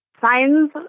signs